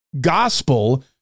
gospel